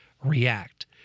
react